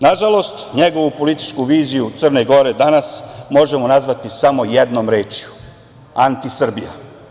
Nažalost, njegovu političku viziju Crne Gore danas možemo nazvati samo jednom rečju - antisrbija.